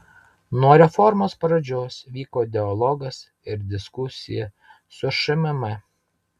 nuo reformos pradžios vyko dialogas ir diskusija su šmm